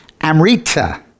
Amrita